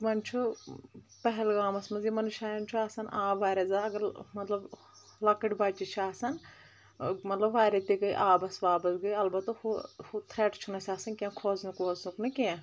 وۄنۍ چھُ پہلگامس منٛز یِمن جاین چھُ آسان آب واریاہ زیادٕ اگر مطلب لۄکٕٹۍ بچہٕ چھِ آسان مطلب واریاہ تہِ گے آبس وابس گٔے البتہٕ ہُہ ہُہ تھٕرٮ۪ٹ چھُنہٕ اسہِ آسان کینٛہہ کھوژنُک ووژنُک نہٕ کینٛہہ